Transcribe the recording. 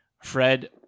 Fred